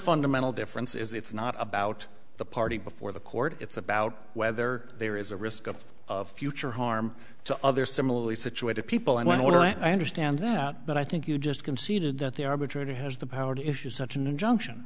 fundamental difference is it's not about the party before the court it's about whether there is a risk of future harm to other similarly situated people and what i understand that but i think you just conceded that the arbitrator has the power to issue such an injunction